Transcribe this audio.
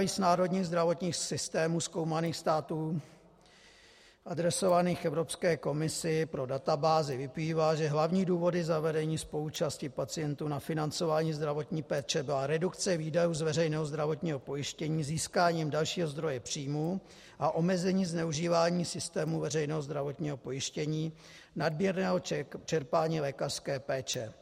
Z odborných analýz národních zdravotních systémů zkoumaných států adresovaných Evropské komisi pro databázi vyplývá, že hlavní důvod zavedení spoluúčasti pacientů na financování zdravotní péče byla redukce výdajů z veřejného zdravotního pojištění získáním dalšího zdroje příjmů a omezení zneužívání systému veřejného zdravotního pojištění, nadměrného čerpání lékařské péče.